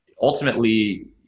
ultimately